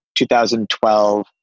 2012